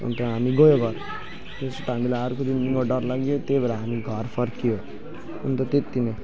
अन्त हामी गयौँ घर त्यसो त हामीलाई अर्को दिनको डर लाग्यो त्यही भएर हामी घर फर्कियौँ अन्त त्यत्ति नै